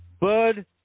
Bud